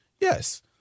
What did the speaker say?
Yes